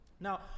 Now